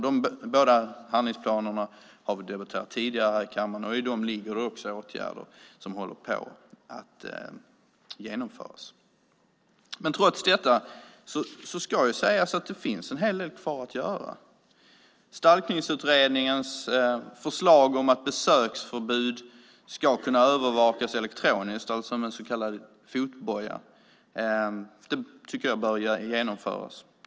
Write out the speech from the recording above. Dessa båda handlingsplaner har debatterats tidigare i kammaren, och det har vidtagits åtgärder som håller på att genomföras. Trots detta finns det en hel del kvar att göra. Stalkningsutredningens förslag om att besöksförbud ska kunna övervakas elektroniskt, genom så kallad fotboja, tycker jag bör genomföras.